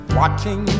watching